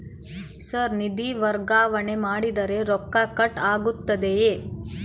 Sir ನಿಧಿ ವರ್ಗಾವಣೆ ಮಾಡಿದರೆ ರೊಕ್ಕ ಕಟ್ ಆಗುತ್ತದೆಯೆ?